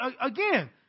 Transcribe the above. again